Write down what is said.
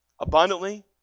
abundantly